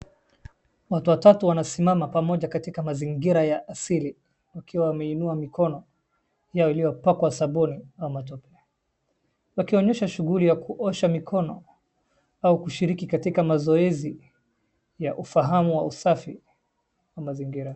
Watu watatu wanasimama pamoja katika mazingira ya siri, wakiwa wameinua mikono yao iliyopakwa sabuni au matope wakionyeshwa shughuli ya kuosha mikono au kushiriki katika mazoezi ya ufahamu wa usafi wa mazingira.